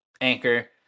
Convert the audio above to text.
Anchor